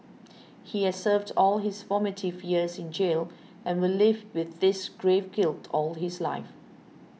he has served all his formative years in jail and will live with this grave guilt all his life